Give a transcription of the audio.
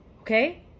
okay